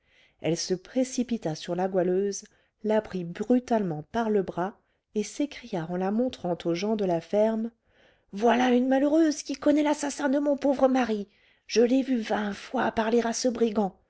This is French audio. elle se précipita sur la goualeuse la prit brutalement par le bras et s'écria en la montrant aux gens de la ferme voilà une malheureuse qui connaît l'assassin de mon pauvre mari je l'ai vue vingt fois parler à ce brigand